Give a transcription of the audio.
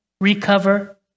recover